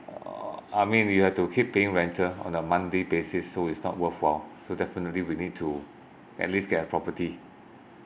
uh I mean you have to keep paying rental on a monthly basis so it's not worthwhile so definitely we need to at least get a property